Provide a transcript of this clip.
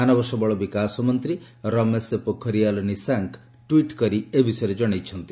ମାନବ ସମ୍ଭଳ ବିକାଶ ମନ୍ତ୍ରୀ ରମେଶ ପୋଖରିଆଲ୍ ନିଶଙ୍କ ଟ୍ୱିଟ୍ କରି ଏ ବିଷୟରେ ଜଣାଇଛନ୍ତି